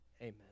amen